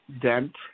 Dent